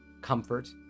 comfort